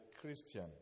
Christian